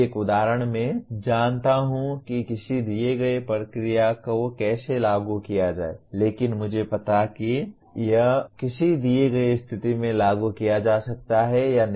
एक उदाहरण मैं जानता हूं कि किसी दिए गए प्रक्रिया को कैसे लागू किया जाए लेकिन मुझे नहीं पता कि यह किसी दिए गए स्थिति में लागू किया जा सकता है या नहीं